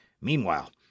meanwhile